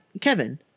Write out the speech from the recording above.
Kevin